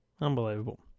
Unbelievable